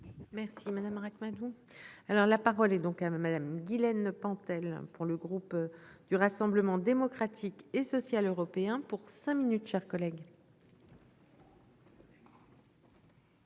Merci Madame Ract-Madoux. Alors la parole est donc à Madame. Guilaine Pentel pour le groupe du Rassemblement démocratique et social européen pour cinq minutes, chers collègues.